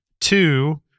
Two